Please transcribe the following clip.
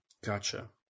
Gotcha